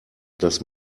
dass